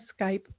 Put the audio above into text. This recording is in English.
Skype